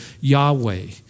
Yahweh